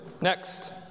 Next